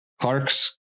Clark's